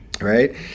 Right